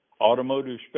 Automotive